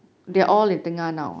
mm